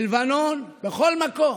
בלבנון ובכל מקום.